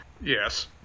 Yes